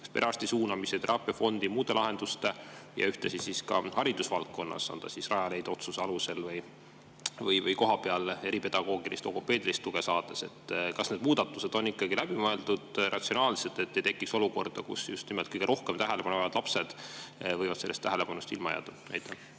kas perearsti suunamise, teraapiafondi või muude lahenduste kaudu ja ühtlasi haridusvaldkonnas, on see siis Rajaleidja otsuse alusel või kohapeal eripedagoogilist, logopeedilist tuge saades. Kas need muudatused on läbi mõeldud ja ratsionaalsed, et ei tekiks olukorda, kus just nimelt kõige rohkem tähelepanu vajavad lapsed võivad sellest tähelepanust ilma jääda?